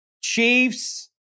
Chiefs